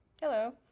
Hello